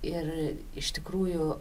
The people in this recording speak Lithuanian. ir iš tikrųjų